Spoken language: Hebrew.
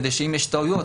כדי שאם יש טעויות,